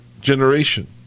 generation